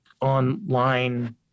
online